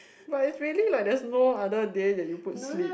but it's really like there's no other day that you put sleep